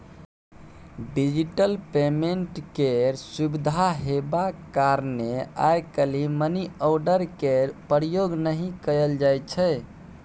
digital payment केर सुविधा हेबाक कारणेँ आइ काल्हि मनीआर्डर केर प्रयोग नहि कयल जाइ छै